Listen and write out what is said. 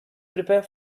prepare